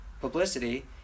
publicity